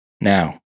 Now